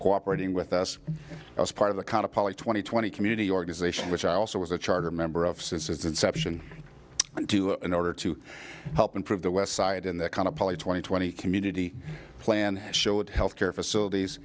cooperating with us as part of the kind of probably twenty twenty community organization which i also was a charter member of since its inception and do an order to help improve the west side in the kind of probably twenty twenty community plan showed health care facilities